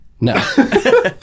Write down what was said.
No